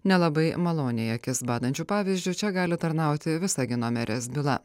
nelabai maloniai akis badančiu pavyzdžiu čia gali tarnauti visagino merės byla